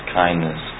kindness